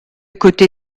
côté